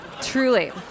Truly